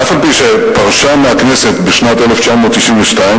ואף-על-פי שפרשה מהכנסת בשנת 1992,